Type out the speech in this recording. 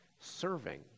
serving